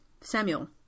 Samuel